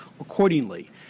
accordingly